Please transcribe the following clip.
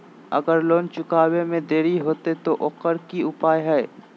अगर लोन चुकावे में देरी होते तो ओकर की उपाय है?